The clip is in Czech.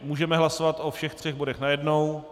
Můžeme hlasovat o všech třech bodech najednou?